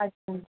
अच्छा